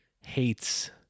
hates